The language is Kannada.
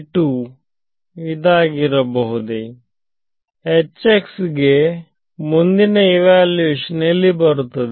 ಗೆ ನೆಕ್ಸ್ಟ್ ಇವ್ಯಾಲ್ಯೂಯೇಷನ್ ಎಲ್ಲಿ ಇರುತ್ತದೆ